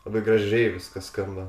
labai gražiai viskas skamba